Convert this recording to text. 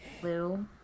Blue